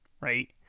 right